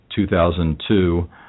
2002